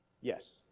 Yes